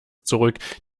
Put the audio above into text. zurück